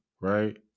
right